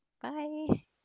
Bye